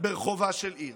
ברחובה של עיר,